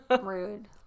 Rude